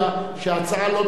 והם מערערים בפניו,